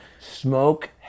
Smoke